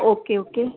okay okay